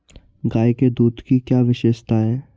गाय के दूध की क्या विशेषता है?